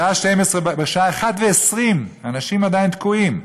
בשעה 01:20, אנשים עדיין תקועים,